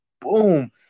boom